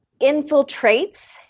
infiltrates